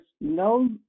no